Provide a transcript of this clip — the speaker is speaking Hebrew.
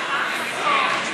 לא,